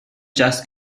jazz